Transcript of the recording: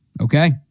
Okay